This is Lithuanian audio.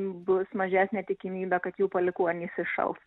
bus mažesnė tikimybė kad jų palikuonys įšals